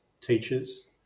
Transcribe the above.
teachers